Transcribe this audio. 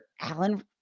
Alan